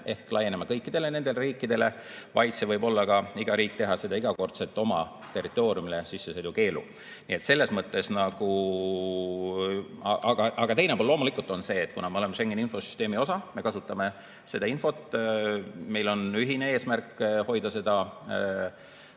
ehk laienema kõikidele nendele riikidele, vaid iga riik võib teha ka igakordselt oma territooriumile sissesõidukeelu. Nii et selles mõttes nagu ... Aga teine pool on loomulikult see, et kuna me oleme Schengeni infosüsteemi osa, me kasutame seda infot, meil on ühine eesmärk hoida seda